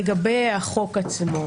לגבי החוק עצמו,